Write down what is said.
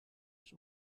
ich